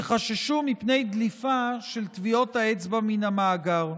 שחששו מפני דליפה של טביעות אצבע מן המאגר.